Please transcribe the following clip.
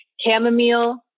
chamomile